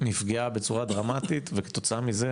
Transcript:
נפגעה בצורה דרמטית וכתוצאה מזה,